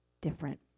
different